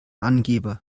angeber